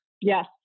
Yes